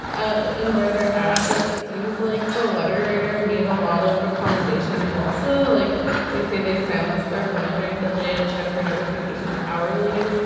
and and whether it seems like the letter writer made a lot of accommodations. also, like they say, they silence their phone during the day and check for notifications hourly.